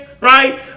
right